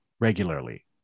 regularly